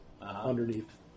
underneath